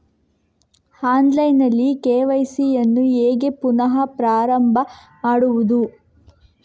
Online ನಲ್ಲಿ KYC ಯನ್ನು ಹೇಗೆ ಪುನಃ ಪ್ರಾರಂಭ ಮಾಡುವುದು?